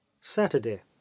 saturday